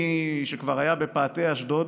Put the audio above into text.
שכבר היה בפאתי אשדוד